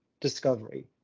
discovery